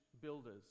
builders